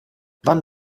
wann